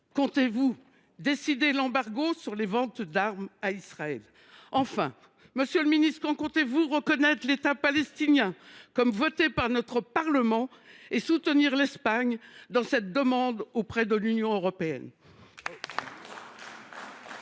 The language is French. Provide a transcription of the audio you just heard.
Comptez vous décider un embargo sur les ventes d’armes à Israël ? Enfin, monsieur le ministre, quand comptez vous reconnaître l’État palestinien, comme cela a été voté par notre Parlement, et soutenir l’Espagne dans cette demande auprès de l’Union européenne ?